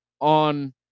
on